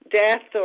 death